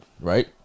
right